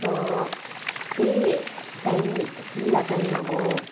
र त्यही टाइम खुला टाइममा म